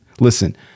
Listen